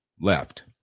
left